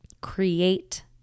create